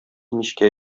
мичкә